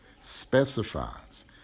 specifies